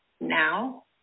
Now